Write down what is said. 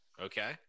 Okay